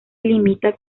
limita